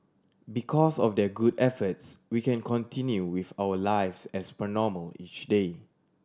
because of their good efforts we can continue with our lives as per normal each day